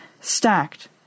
stacked